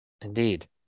indeed